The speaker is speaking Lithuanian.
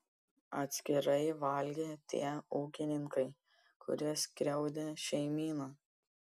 atskirai valgė tie ūkininkai kurie skriaudė šeimyną